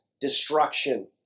destruction